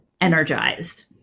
energized